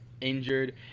injured